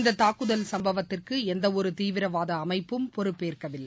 இந்த தாக்குதல் சம்பவத்திற்கு எந்தவொரு தீவிரவாத அமைப்பும் பொறுப்பேற்கவில்லை